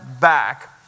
back